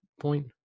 point